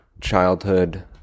childhood